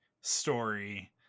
story